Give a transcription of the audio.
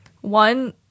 one